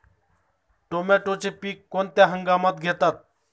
टोमॅटोचे पीक कोणत्या हंगामात घेतात?